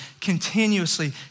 continuously